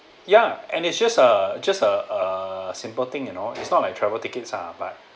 ya and it's just a just a a simple thing you know it's not like travel tickets ah but